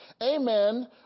Amen